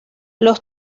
los